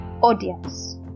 audience